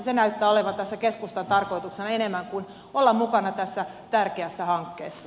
se näyttää olevan tässä keskustan tarkoituksena enemmän kuin olla mukana tässä tärkeässä hankkeessa